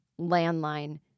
landline